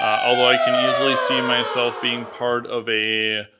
um although i can easily see myself being part of a